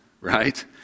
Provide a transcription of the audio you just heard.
right